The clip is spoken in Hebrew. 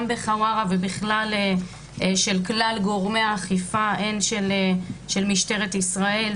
גם בחווארה ובכלל גורמי האכיפה הן של משטרת ישראל,